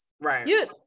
Right